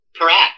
Correct